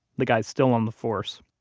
the guy's still on the force.